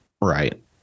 Right